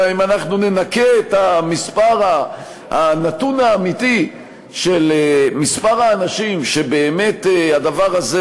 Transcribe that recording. אם ננכה את הנתון האמיתי של מספר האנשים שבאמת הדבר הזה